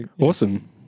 Awesome